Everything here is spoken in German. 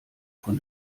von